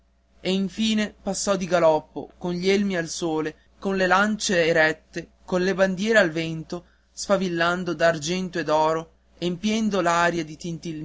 e infine passò di galoppo con gli elmi al sole con le lancie erette con le bandiere al vento sfavillando d'argento e d'oro empiendo l'aria di